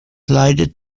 leitet